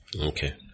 Okay